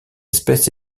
espèce